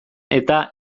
eta